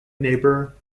neighbor